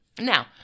Now